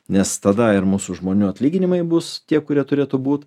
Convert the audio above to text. nes tada ir mūsų žmonių atlyginimai bus tie kurie turėtų būt